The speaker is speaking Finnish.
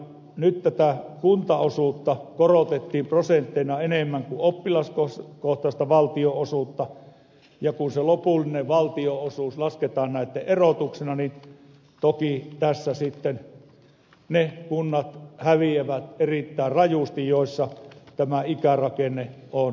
nyt tätä kuntaosuutta korotettiin prosentteina enemmän kuin oppilaskohtaista valtionosuutta ja kun se lopullinen valtionosuus lasketaan näitten erotuksena toki tässä sitten ne kunnat häviävät erittäin rajusti joissa ikärakenne on tietyn suuntainen